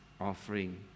offering